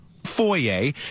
Foyer